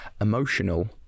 emotional